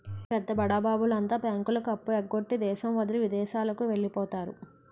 పెద్ద బడాబాబుల అంతా బ్యాంకులకు అప్పు ఎగ్గొట్టి దేశం వదిలి విదేశాలకు వెళ్లిపోతారు